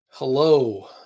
Hello